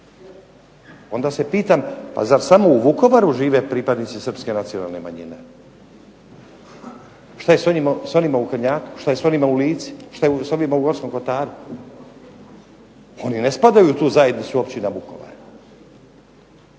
onda se pitam pa zar samo u Vukovaru žive pripadnici srpske nacionalne manjine? Šta je sa onima u Krnjaku, što je s onima u Lici, što je s onima u Gorskom Kotaru, oni ne spadaju u tu zajednicu općina Vukovar.